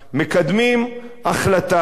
מקדמים החלטה,